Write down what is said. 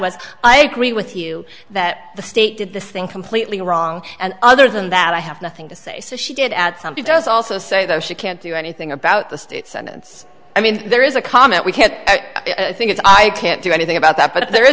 was i agree with you that the state did this thing completely wrong and other than that i have nothing to say so she did add something does also say though she can't do anything about the state sentence i mean there is a comment we can i think it's i can't do anything about that but there is